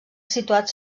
situat